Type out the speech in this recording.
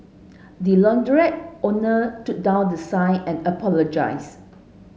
the launderette owner took down the sign and apologised